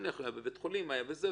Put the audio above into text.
נניח הוא היה בבית חולים וכו'.